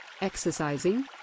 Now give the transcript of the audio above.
Exercising